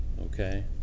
okay